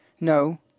No